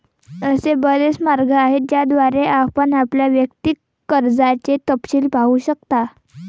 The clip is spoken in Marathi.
असे बरेच मार्ग आहेत ज्याद्वारे आपण आपल्या वैयक्तिक कर्जाचे तपशील पाहू शकता